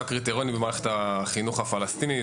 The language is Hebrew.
הקריטריונים במערכת החינוך הפלסטינית,